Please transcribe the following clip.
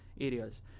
areas